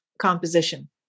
composition